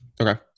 Okay